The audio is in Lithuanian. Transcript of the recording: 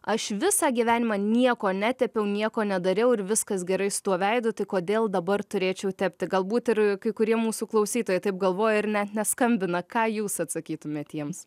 aš visą gyvenimą nieko netepiau nieko nedariau ir viskas gerai su tuo veidu tai kodėl dabar turėčiau tepti galbūt ir kai kurie mūsų klausytojai taip galvoja ir net neskambina ką jūs atsakytumėt jiems